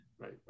right